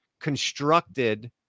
constructed